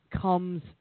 comes